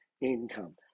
income